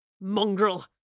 Mongrel